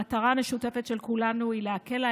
המטרה המשותפת של כולנו היא להקל על